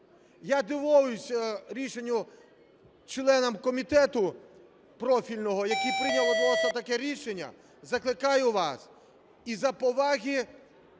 Я дивуюсь рішенню членів комітету профільного, які прийняли, власне, таке рішення. Закликаю вас із-за поваги